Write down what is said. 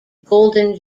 golden